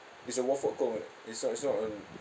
it's a waffle cone it's not it's not a